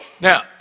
now